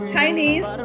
Chinese